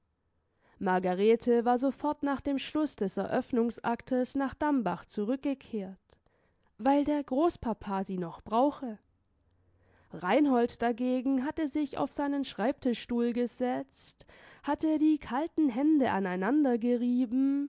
margarete war sofort nach dem schluß des eröffnungsaktes nach dambach zurückgekehrt weil der großpapa sie noch brauche reinhold dagegen hatte sich auf seinen schreibstuhl gesetzt hatte die kalten hände aneinander gerieben